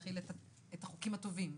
להחיל את החוקים הטובים.